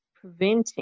preventing